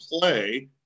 play –